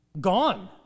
gone